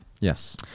Yes